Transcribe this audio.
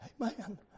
Amen